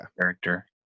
character